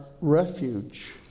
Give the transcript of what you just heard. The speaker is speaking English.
refuge